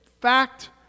fact